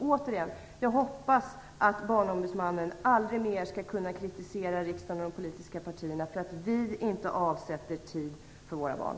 Återigen: Jag hoppas att Barnombudsmannen aldrig mer skall kunna kritisera riksdagen och de politiska partierna för att vi inte avsätter tid för våra barn.